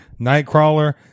Nightcrawler